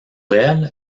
elle